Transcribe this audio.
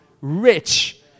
rich